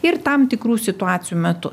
ir tam tikrų situacijų metu